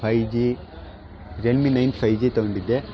five G Gemini nine five G ತಗೊಂಡಿದ್ದೆ